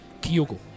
Kyogo